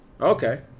Okay